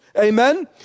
Amen